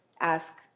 ask